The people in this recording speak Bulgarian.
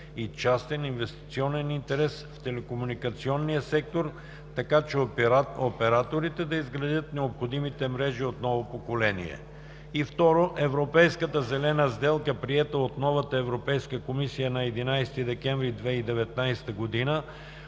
и частен инвестиционен интерес в телекомуникационния сектор, така че операторите да изградят необходимите мрежи от ново поколение. И второ, Европейската зелена сделка, приета от новата Европейска комисия на 11 декември 2019 г.,